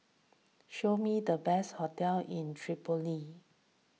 show me the best hotels in Tripoli